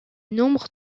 nombre